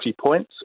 points